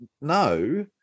no